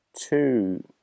two